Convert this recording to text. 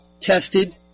tested